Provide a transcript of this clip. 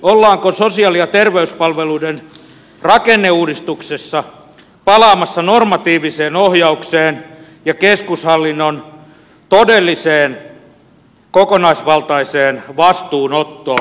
ollaanko sosiaali ja terveyspalveluiden rakenneuudistuksessa palaamassa normatiiviseen ohjaukseen ja keskushallinnon todelliseen kokonaisvaltaiseen vastuunottoon